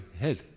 head